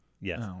Yes